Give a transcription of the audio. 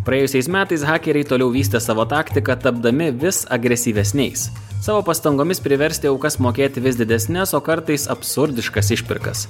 praėjusiais metais hakeriai toliau vystė savo taktiką tapdami vis agresyvesniais savo pastangomis priversti aukas mokėti vis didesnes o kartais absurdiškas išpirkas